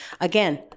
Again